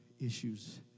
issues